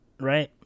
right